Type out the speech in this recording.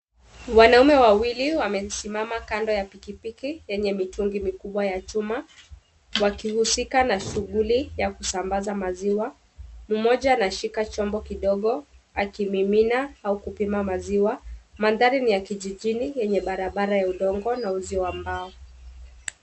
Wanaume wawili wamesimama kando ya piki piki yenye mitungi mikubwa ya chuma wakihusika na shughuli ya kusambaza maziwa. Mmoja anashika chombo kidogo akimimina au kupima maziwa. Mandhari ni ya kijijini yenye barabara ya udongo na uzio wa mbao.